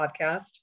Podcast